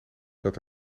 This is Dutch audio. dat